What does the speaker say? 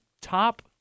top